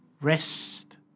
Rest